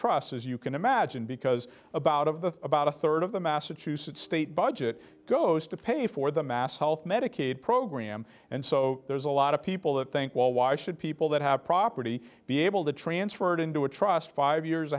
trusts as you can imagine because about of the about a third of the massachusetts state budget goes to pay for the mass health medicaid program and so there's a lot of people that think well why should people that have property be able to transfer it into a trust five years